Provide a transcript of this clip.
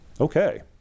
Okay